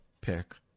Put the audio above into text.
pick